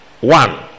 one